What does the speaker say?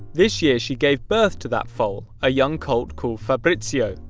this year she gave birth to that foal a young colt called fabrizio.